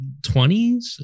20s